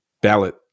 ballot